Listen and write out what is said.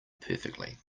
perfectly